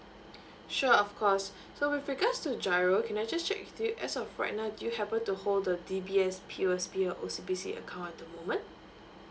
sure of course so with regards to giro can I just check with you as of right now do you happen to hold the D_B_S P_O_S_B or O_C_B_C account at the moment